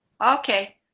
Okay